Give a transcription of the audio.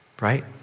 Right